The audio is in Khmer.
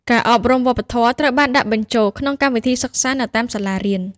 ការអប់រំវប្បធម៌ត្រូវបានដាក់បញ្ចូលក្នុងកម្មវិធីសិក្សានៅតាមសាលារៀន។